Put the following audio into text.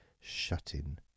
shutting